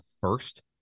first